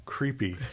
Creepy